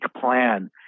plan